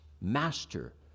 master